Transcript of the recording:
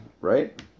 right